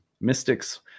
mystics